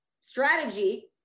strategy